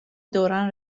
دوران